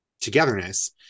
togetherness